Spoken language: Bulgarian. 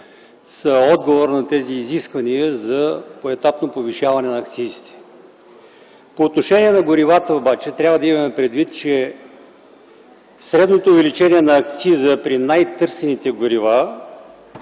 са отговор на тези изисквания за поетапно повишаване на акцизите. По отношение на горивата обаче трябва да имаме предвид, че средното увеличение на акциза при най-търсените горива